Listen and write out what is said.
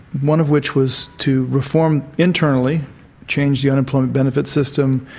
one of which was to reform internally change the unemployment benefits system,